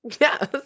yes